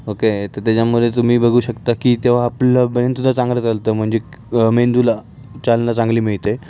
okay तर त्याच्यामध्ये तुम्ही बघू शकता की तेव्हा आपलं ब्रेनसुद्धा चांगलं चालतं म्हणजे मेंदूला चालना चांगली मिळते